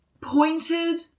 pointed